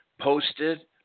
posted